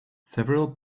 several